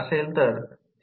9 मिळवा